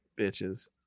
bitches